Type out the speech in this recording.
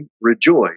rejoice